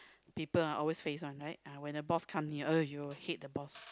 people ah always face one right uh when the boss come near !aiyo! hate the boss